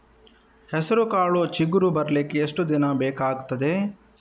ಹೆಸರುಕಾಳು ಚಿಗುರು ಬರ್ಲಿಕ್ಕೆ ಎಷ್ಟು ದಿನ ಬೇಕಗ್ತಾದೆ?